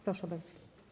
Proszę bardzo.